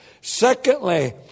Secondly